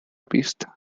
pista